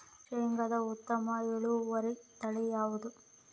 ಶೇಂಗಾದ ಉತ್ತಮ ಇಳುವರಿ ತಳಿ ಯಾವುದು?